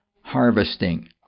harvesting